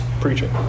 preaching